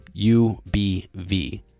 UBV